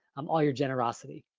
um all your generosity.